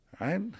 Right